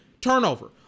turnover